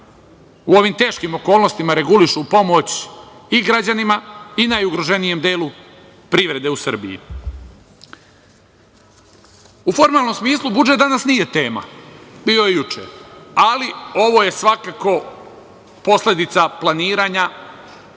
u ovim teškim okolnostima regulišu pomoć i građanima i najugroženijem delu privrede u Srbiji.U formalnom smislu budžet danas nije tema, bio je juče, ali ovo je svakako posledica planiranja